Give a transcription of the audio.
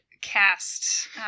cast